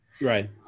Right